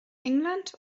england